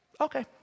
okay